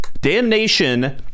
Damnation